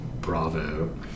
bravo